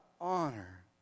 honor